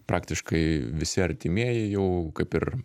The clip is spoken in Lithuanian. praktiškai visi artimieji jau kaip ir